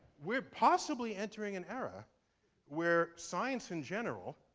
we're possibly entering an era where science in general,